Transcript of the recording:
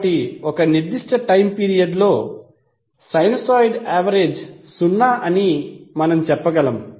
కాబట్టి ఒక నిర్దిష్ట టైమ్ పీరియడ్ లో సైనూసోయిడ్ యావరేజ్ సున్నా అని మనం చెప్పగలం